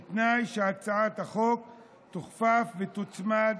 בתנאי שהצעת החוק תוכפף ותוצמד